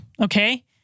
okay